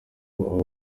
aba